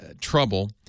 Trouble